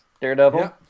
Daredevil